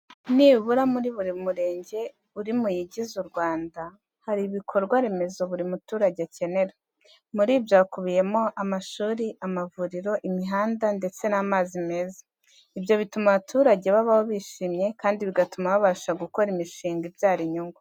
Nibura muri buri murenge uri muyigize u Rwanda, hari ibikorwa remezo buri muturage akenera. Muri byo hakubiyemo: amashuri, amavuriro, imihanda ndetse n'amazi meza. Ibyo bituma abaturage babaho bishimye kandi bigatuma babasha gukora imishinga ibyara inyungu.